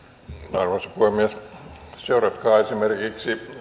arvoisa puhemies seuratkaa esimerkiksi